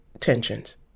tensions